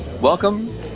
Welcome